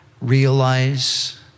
realize